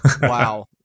Wow